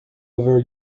over